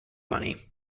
money